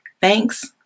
Thanks